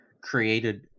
created